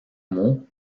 mot